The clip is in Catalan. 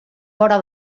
vora